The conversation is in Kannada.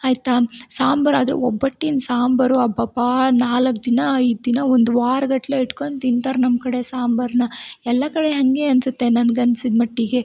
ಆಯಿತಾ ಸಾಂಬಾರ್ ಆದರೂ ಒಬ್ಬಟ್ಟಿನ ಸಾಂಬಾರು ಅಬ್ಬಬ್ಬಾ ನಾಲ್ಕು ದಿನ ಐದು ದಿನ ಒಂದು ವಾರಗಟ್ಲೆ ಇಟ್ಕೊಂಡು ತಿಂತಾರೆ ನಮ್ಮ ಕಡೆ ಸಾಂಬಾರ್ನ ಎಲ್ಲ ಕಡೆ ಹಾಗೆ ಅನಿಸುತ್ತೆ ನನಗನ್ಸಿದ್ ಮಟ್ಟಿಗೆ